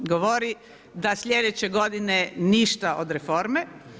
Govori da slijedeće godine ništa od reforme.